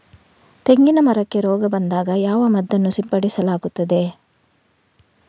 ತೆಂಗಿನ ಮರಕ್ಕೆ ರೋಗ ಬಂದಾಗ ಯಾವ ಮದ್ದನ್ನು ಸಿಂಪಡಿಸಲಾಗುತ್ತದೆ?